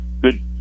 good